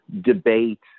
Debate